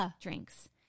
drinks